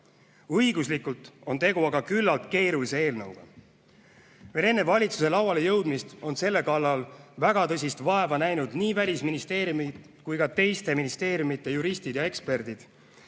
Õiguslikult on tegu aga küllaltki keerulise eelnõuga. Veel enne valitsuse lauale jõudmist on selle kallal väga tõsist vaeva näinud nii Välisministeeriumi kui ka teiste ministeeriumide juristid ja eksperdid.